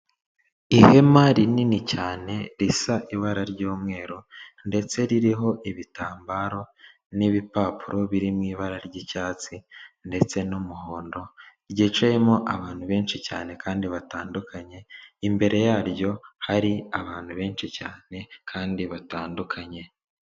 Ihema rinini cyane risa ibara ry'umweru, ndetse ririho ibitambaro n'ibipapuro biri mu ibara ry'icyatsi ndetse n'umuhondo, ryicayemo abantu benshi cyane kandi batandukanye, imbere yaryo hari abantu benshi cyane kandi batandukanye.